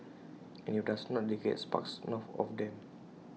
and if IT does not they get sparks knocked off them